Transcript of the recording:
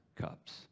cups